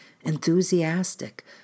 enthusiastic